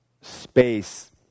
space